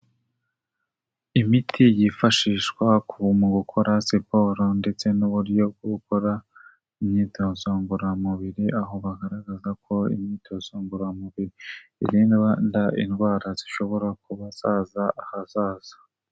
Imiti yifashishwa mu gukora siporo ndetse n'uburyo bwo gukora imyitozo ngororamubiri, aho bagaragaza ko imyitozo ngororamubiri, irindwa indwara zishobora kuba zaza ahazaza.